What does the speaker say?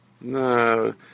No